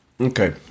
Okay